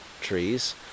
trees